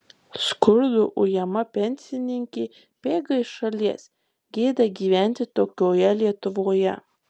skurdo ujama pensininkė bėga iš šalies gėda gyventi tokioje lietuvoje